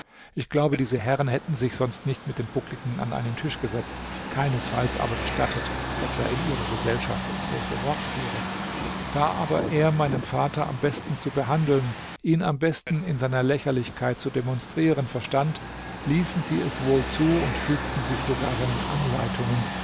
ich glaube diese herren hätten sich sonst nicht mit dem buckligen an einen tisch gesetzt keinesfalls aber gestattet daß er in ihrer gesellschaft das große wort führe da aber er meinen vater am besten zu behandeln ihn am besten in seiner lächerlichkeit zu demonstrieren verstand ließen sie es wohl zu und fügten sich sogar seinen anleitungen